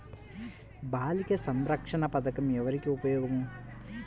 బాలిక సంరక్షణ పథకం ఎవరికి ఉపయోగము?